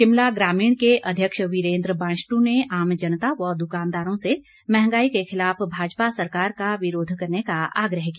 शिमला ग्रामीण के अध्यक्ष वीरेन्द्र बांशटू ने आम जनता व दुकानदारों से महंगाई के खिलाफ भाजपा सरकार का विरोध करने का आग्रह किया